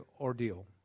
ordeal